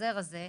בחוזר הזה,